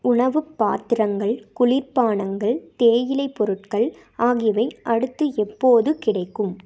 உணவுப் பாத்திரங்கள் குளிர்பானங்கள் தேயிலை பொருட்கள் ஆகியவை அடுத்து எப்போது கிடைக்கும்